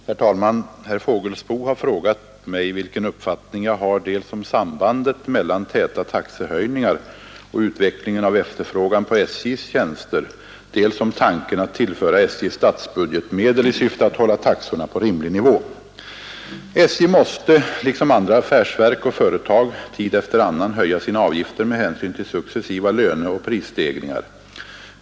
Herr talman! Herr Fågelsbo har frågat mig vilken uppfattning jag har dels om sambandet mellan täta taxehöjningar och utvecklingen av efterfrågan på SJ:s tjänster, dels om tanken att tillföra SJ statsbudgetmedel i syfte att hålla taxorna på rimlig nivå. SJ måste liksom andra affärsverk och företag tid efter annan höja sina avgifter med hänsyn till successiva löneoch prisstegringar.